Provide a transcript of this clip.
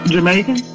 Jamaican